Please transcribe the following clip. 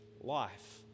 life